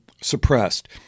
suppressed